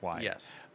Yes